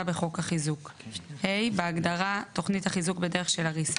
בחוק החיזוק."; (ה)בהגדרה "תכנית החיזוק בדרך של הריסה",